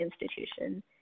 institution